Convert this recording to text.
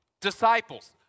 disciples